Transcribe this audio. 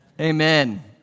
amen